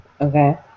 Okay